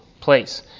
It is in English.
place